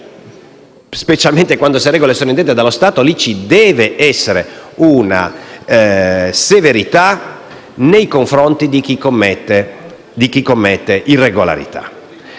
chiare, specialmente quando le regole sono dettate dallo Stato, ci deve essere una severità nei confronti di chi commette irregolarità.